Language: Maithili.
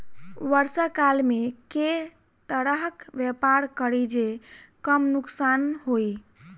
वर्षा काल मे केँ तरहक व्यापार करि जे कम नुकसान होइ?